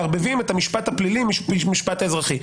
מערבבים את המשפט הפלילי עם המשפט האזרחי.